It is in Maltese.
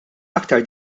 aktar